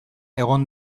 egon